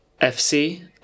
FC